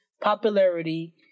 popularity